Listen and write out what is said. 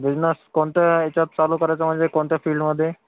business कोणत्या ह्याच्यात चालू करायचं म्हणजे कोणत्या फिल्डमध्ये